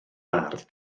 fardd